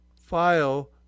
File